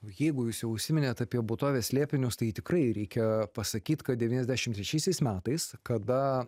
jeigu jūs jau užsiminėt apie būtovės slėpinius tai tikrai reikia pasakyt kad devyniasdešim trečiaisiais metais kada